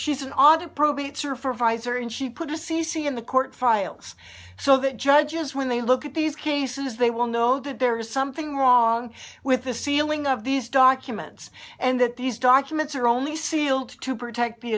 she's an audit probates are for advisor and she put a c c in the court files so that judges when they look at these cases they will know that there is something wrong with the sealing of these documents and that these documents are only sealed to protect the